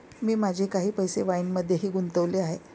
मी माझे काही पैसे वाईनमध्येही गुंतवले आहेत